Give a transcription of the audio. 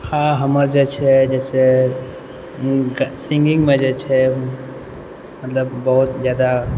हँ हमर जे छै जैसे सिंगिंगमे जे छै मतलब बहुत जादा